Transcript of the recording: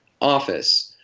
office